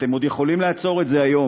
אתם עוד יכולים לעצור את זה היום,